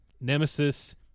Nemesis